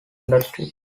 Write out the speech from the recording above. industry